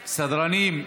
סדרנים,